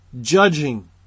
judging